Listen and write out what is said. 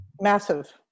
Massive